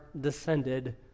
descended